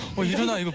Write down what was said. you don't know